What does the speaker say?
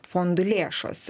fondų lėšos